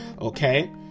Okay